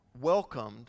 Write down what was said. welcomed